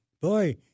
Boy